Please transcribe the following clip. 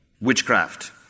witchcraft